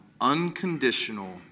unconditional